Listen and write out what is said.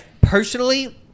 Personally